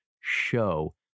show